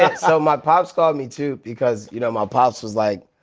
and so my pop's called me too. because you know my pops was like,